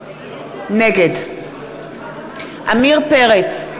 נגד עמיר פרץ,